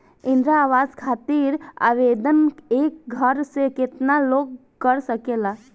इंद्रा आवास खातिर आवेदन एक घर से केतना लोग कर सकेला?